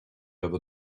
other